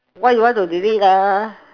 why you want to delete ah